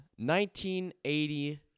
1980